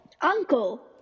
Uncle